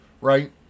right